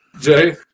Jay